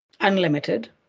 unlimited